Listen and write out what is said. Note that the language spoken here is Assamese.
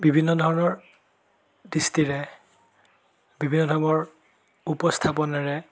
বিভিন্ন ধৰণৰ দৃষ্টিৰে বিভিন্ন ধৰণৰ উপস্থাপনেৰে